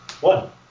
One